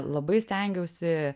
labai stengiausi